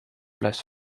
blijft